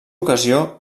ocasió